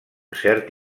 cert